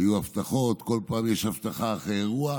היו הבטחות, בכל פעם יש הבטחה אחרי אירוע.